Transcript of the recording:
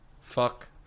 Fuck